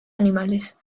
animales